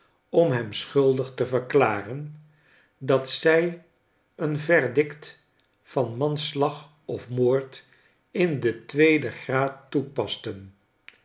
om hem schuldig te verklaren dat zij een verdict van manslag of moord in den tweeden graad toepasten